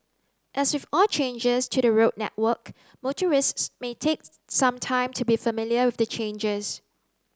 as with all changes to the road network motorists may take some time to be familiar with the changes